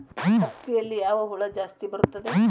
ಹತ್ತಿಯಲ್ಲಿ ಯಾವ ಹುಳ ಜಾಸ್ತಿ ಬರುತ್ತದೆ?